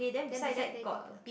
then beside there got a beam